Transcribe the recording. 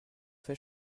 fait